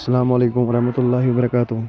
السلام علیکم ورحمۃ اللہ وبرکاتُہُ